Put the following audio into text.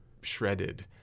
shredded